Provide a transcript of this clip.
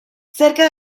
cerca